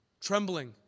trembling